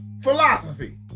philosophy